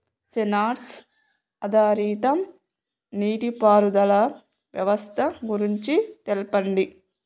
Censor ఆధారిత నీటిపారుదల వ్యవస్థ గురించి తెల్పండి?